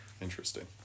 Interesting